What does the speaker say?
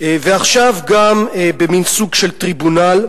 ועכשיו גם במין סוג של טריבונל,